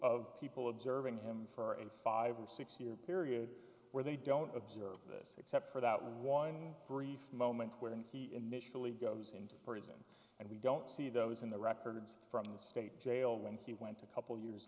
of people observing him for in five or six year period where they don't observe this except for that one brief moment when he initially goes into prison and we don't see those in the records from the state jail when he went a couple years